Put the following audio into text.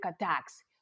attacks